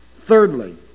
Thirdly